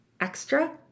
extra